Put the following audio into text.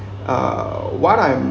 uh what I'm